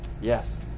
Yes